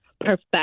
perfect